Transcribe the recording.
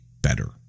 better